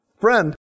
Friend